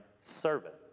servant